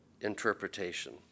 interpretation